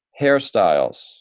hairstyles